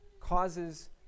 causes